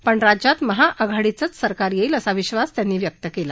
पण राज्यात महाआघाडीचंच सरकार येईल असा विधास त्यांनी व्यक्त केला